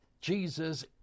Jesus